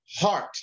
heart